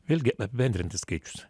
vėlgi apibendrinti skaičius